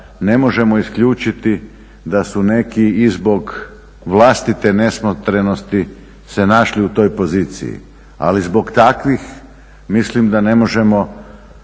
ne možemo isključiti da su neki i zbog vlastite nesmotrenosti se našli u toj poziciji. Ali zbog takvih mislim da ne možemo